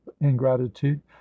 ingratitude